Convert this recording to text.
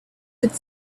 could